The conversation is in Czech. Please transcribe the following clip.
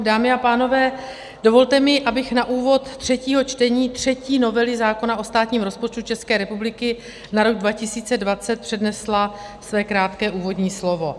Dámy a pánové, dovolte mi, abych na úvod třetího čtení třetí novely zákona o státním rozpočtu České republiky na rok 2020 přednesla své krátké úvodní slovo.